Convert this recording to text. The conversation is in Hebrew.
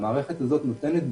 המערכת הזאת נותנת,